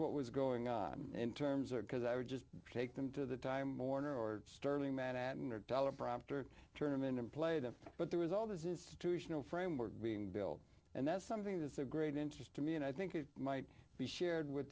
what was going on in terms or because i would just take them to the time warner or sterling manhattan or teleprompter turn them in and play them but there was all this institutional framework being built and that's something that's a great interest to me and i think it might be shared with